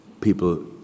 people